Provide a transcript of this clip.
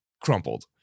crumpled